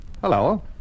Hello